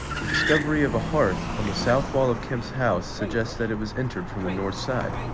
the discovery of a hearth on the south wall of kemp's house suggests that it was entered from the north side.